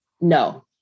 no